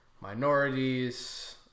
minorities